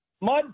mud